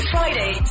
Friday